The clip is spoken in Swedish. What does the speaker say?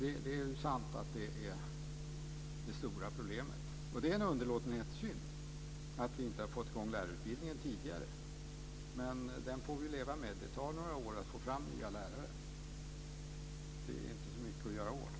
Det är sant att det är det stora problemet. Det är en underlåtenhetssynd att vi inte har fått i gång lärarutbildningen tidigare. Men det får vi leva med. Det tar några år att ta fram nya lärare. Det är inte så mycket att göra åt.